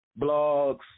blogs